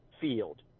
field